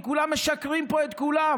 כי כולם משקרים פה לכולם.